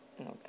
Okay